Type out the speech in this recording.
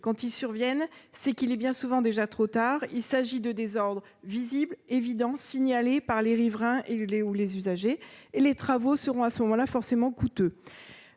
Quand ils surviennent, c'est bien souvent qu'il est déjà trop tard. Il s'agit de désordres visibles, évidents, signalés par les riverains ou les usagers, et les travaux afférents sont forcément coûteux.